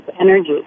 energy